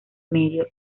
medio